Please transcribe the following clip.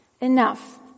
Enough